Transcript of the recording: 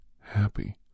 happy